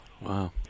Wow